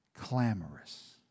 Clamorous